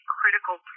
critical